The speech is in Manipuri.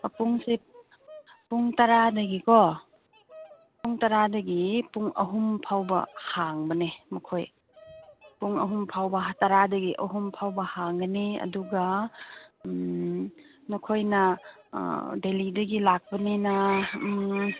ꯄꯨꯡꯁꯦ ꯄꯨꯡ ꯇꯔꯥꯗꯒꯤꯀꯣ ꯄꯨꯡ ꯇꯔꯥꯗꯒꯤ ꯄꯨꯡ ꯑꯍꯨꯝ ꯐꯥꯎꯕ ꯍꯥꯡꯕꯅꯦ ꯃꯈꯣꯏ ꯄꯨꯡ ꯑꯍꯨꯝ ꯐꯥꯎꯕ ꯇꯔꯥꯗꯒꯤ ꯑꯍꯨꯝ ꯐꯥꯎꯕ ꯍꯥꯡꯒꯅꯤ ꯑꯗꯨꯒ ꯅꯈꯣꯏꯅ ꯂꯦꯜꯂꯤꯗꯒꯤ ꯂꯥꯛꯄꯅꯤꯅ